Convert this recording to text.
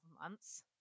months